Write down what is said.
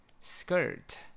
skirt